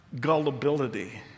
gullibility